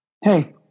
hey